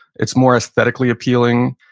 it's more aesthetically appealing.